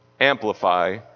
amplify